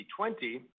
2020